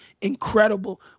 incredible